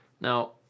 now